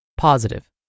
Positive